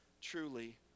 truly